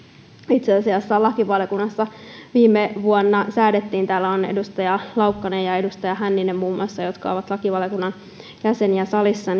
itse asiassa lakivaliokunnassa viime vuonna säädettiin täällä ovat muun muassa edustaja laukkanen ja edustaja hänninen jotka ovat lakivaliokunnan jäseniä salissa